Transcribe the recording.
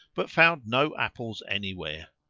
but found no apples anywhere.